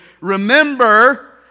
remember